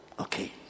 okay